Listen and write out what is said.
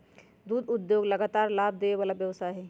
दुध उद्योग लगातार लाभ देबे वला व्यवसाय हइ